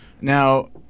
Now